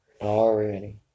already